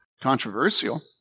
controversial